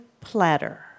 platter